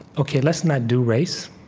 ok, let's not do race.